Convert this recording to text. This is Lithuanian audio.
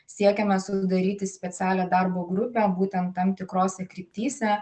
siekiame sudaryti specialią darbo grupę būtent tam tikrose kryptyse